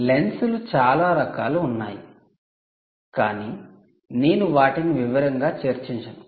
లెన్సులు చాలా రకాలు ఉన్నాయి కాని నేను వాటిని వివరంగా చర్చించను